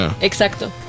Exacto